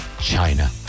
China